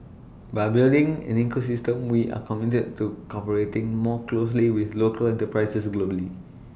by building an ecosystem we are committed to cooperating more closely with local enterprises globally